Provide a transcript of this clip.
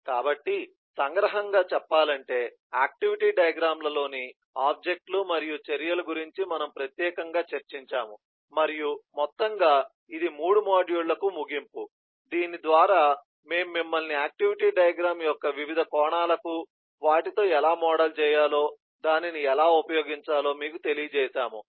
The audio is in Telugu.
కాబట్టి సంగ్రహంగా చెప్పాలంటే ఆక్టివిటీ డయాగ్రమ్లలోని ఆబ్జెక్ట్ లు మరియు చర్యల గురించి మనము ప్రత్యేకంగా చర్చించాము మరియు మొత్తంగా ఇది మూడు మాడ్యూళ్ళకు ముగింపు దీని ద్వారా మేము మిమ్మల్ని ఆక్టివిటీ డయాగ్రమ్ యొక్క వివిధ కోణాలకు వాటితో ఎలా మోడల్ చేయాలో దానిని ఎలా ఉపయోగించాలో మీకు తెలియజేసాము